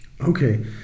Okay